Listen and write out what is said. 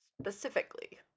Specifically